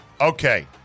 Okay